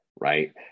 Right